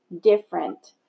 different